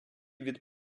від